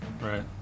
Right